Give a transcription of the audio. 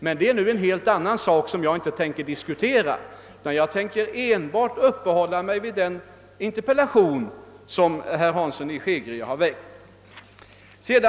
Men det är en helt annan sak som jag inte tänker diskutera. Jag tänker uppehålla mig enbart vid den interpellation som herr Hansson i Skegrie har framställt.